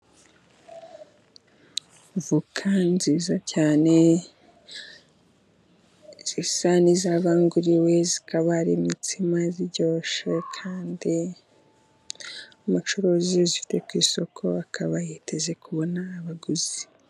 Voka nziza cyane zisa n'izabanguriwe, zikaba ari imitsima ziryoshye, kandi umucuruzi uzifite ku isoko akaba yiteze kubona abaguzi.